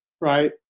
right